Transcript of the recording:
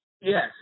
Yes